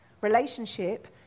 Relationship